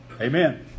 Amen